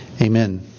Amen